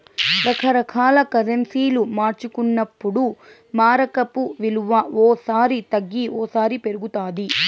రకరకాల కరెన్సీలు మార్చుకున్నప్పుడు మారకపు విలువ ఓ సారి తగ్గి ఓసారి పెరుగుతాది